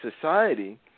society